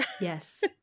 Yes